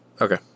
Okay